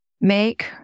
make